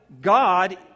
God